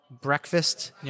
breakfast